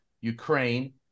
Ukraine